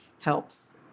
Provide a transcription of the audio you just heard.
helps